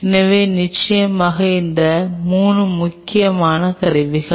எனவே நிச்சயமாக இந்த 3 மிக முக்கியமான கருவிகள்